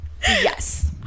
yes